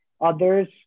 others